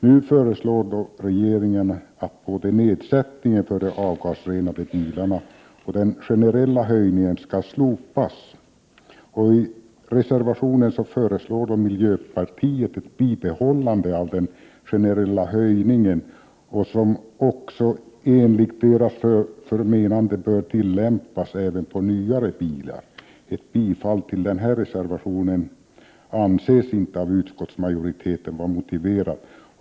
Nu föreslår dock regeringen att både nedsättningen för bilar med avgasrening och den generella höjningen skall slopas. I sin reservation föreslår miljöpartiet ett bibehållande av den generella höjningen, vilken enligt dess förmenande också bör tillämpas på nyare bilar. Ett bifall till denna reservation anses inte av utskottsmajoriteten vara motiverat.